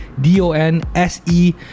D-O-N-S-E